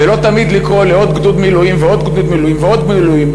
ולא תמיד לקרוא לעוד גדוד מילואים ועוד גדוד מילואים ועוד גדוד מילואים,